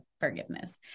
forgiveness